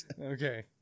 Okay